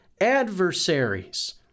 adversaries